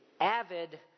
avid